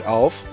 auf